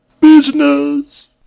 Business